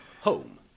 home